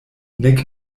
nek